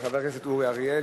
חבר הכנסת אורי אריאל.